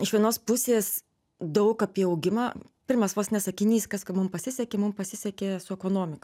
iš vienos pusės daug apie augimą pirmas vos ne sakinys kas kad mum pasisekė mum pasisekė su ekonomika